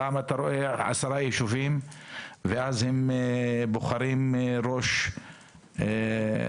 פעם אתה רואה עשרה ישובים ואז הם בוחרים ראש מועצה.